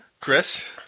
Chris